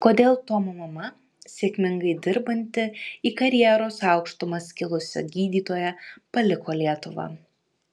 kodėl tomo mama sėkmingai dirbanti į karjeros aukštumas kilusi gydytoja paliko lietuvą